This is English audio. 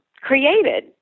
created